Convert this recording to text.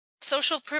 Social